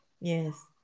Yes